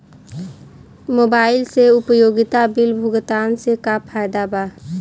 Mobile से उपयोगिता bill भुगतान से का फायदा बा?